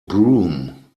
broom